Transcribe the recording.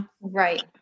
Right